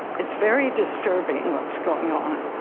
it's very disturbing what's going on.